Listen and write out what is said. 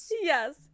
yes